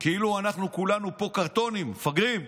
כאילו אנחנו כולנו פה קרטונים, מפגרים,